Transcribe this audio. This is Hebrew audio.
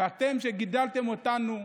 אתן, שגידלתן אותנו.